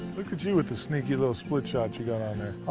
look at you with the sneaky little split shot you've got on there.